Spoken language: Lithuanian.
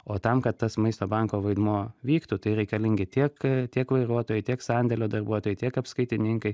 o tam kad tas maisto banko vaidmuo vyktų tai reikalingi tiek tiek vairuotojai tiek sandėlio darbuotojai tiek apskaitininkai